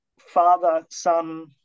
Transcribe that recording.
father-son